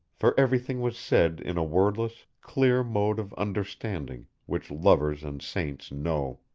for everything was said in a wordless, clear mode of understanding, which lovers and saints know.